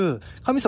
God